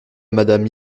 madame